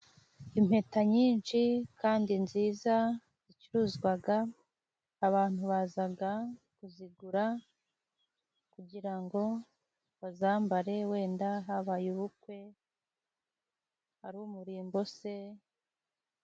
Impeta nyinshi kandi nziza z'icuruzwaga abantu bazaga kuzigura kugira ngo bazambare wenda habaye ubukwe arumurimbo se.